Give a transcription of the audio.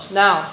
now